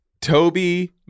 Toby